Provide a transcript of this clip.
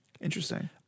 Interesting